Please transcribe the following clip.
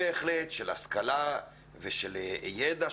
של השכלה ושל ידע,